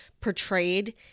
portrayed